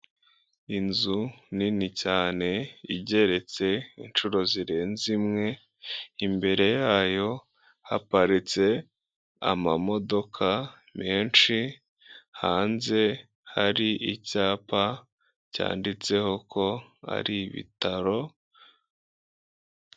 Inzu nini cyane igeretse inshuro zirenze imwe, imbere yayo haparitse amamodoka henshi hanze hari icyapa cyanditseho ko hari ibitaro.